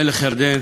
מלך ירדן